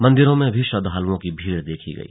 मंदिरों में भी श्रद्दालुओं की भीड़ देखी गई